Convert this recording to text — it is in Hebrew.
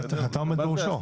אתה עומד בראשו.